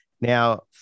Now